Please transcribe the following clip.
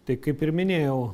tai kaip ir minėjau